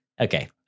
Okay